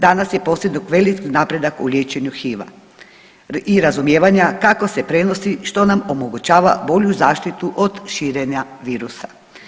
Danas je postignut veliki napredak u liječenju HIV-a i razumijevanja kako se prenosi, što nam omogućava bolju zaštitu od širenja virusa.